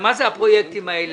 מה זה הפרויקטים האלה?